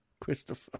Christopher